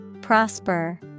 Prosper